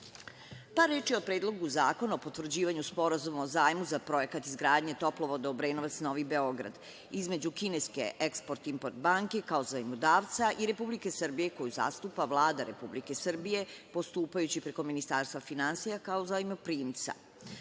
reči o Predlogu zakona o potvrđivanju Sporazuma o zajmu za projekat izgradnje toplovoda Obrenovac-Novi Beograd između kineske Eksport-import banke, kao zajmodavca, i Republike Srbije koju zastupa Vlada Republike Srbije, postupajući preko Ministarstva finansija, kao zajmoprimca. Sporazum